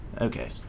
Okay